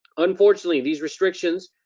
unfortunately, these restrictions,